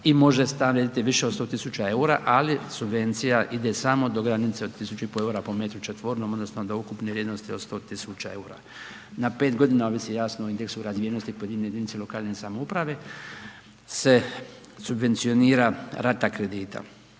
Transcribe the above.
i može stan vrijediti više od 100.000,00 EUR-a, ali subvencija ide samo do granice od 1.500,00 EUR-a po m2 odnosno do ukupne vrijednosti do 100.000,00 EUR-a, na 5.g. ovisi jasno o indeksu razvijenosti pojedine jedinice lokalne samouprave se subvencionira rata kredita,